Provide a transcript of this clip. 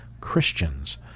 Christians